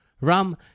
Ram